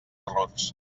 errors